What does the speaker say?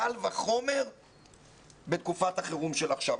קל וחומר בתקופת החירום שקיימת עכשיו.